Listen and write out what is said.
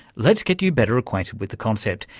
let's get you better acquainted with the concept.